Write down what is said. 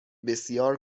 بسیار